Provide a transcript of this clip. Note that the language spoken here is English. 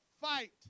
Fight